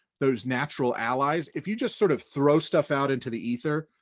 those natural allies, if you just sort of throw stuff out into the ether,